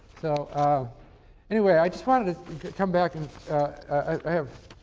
ah anyway, i just want to come back and i have